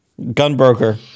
Gunbroker